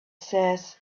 says